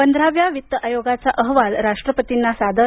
पंधराव्या वित्त आयोगाचा अहवाल राष्ट्रपतींना सादर